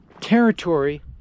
territory